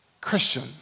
Christian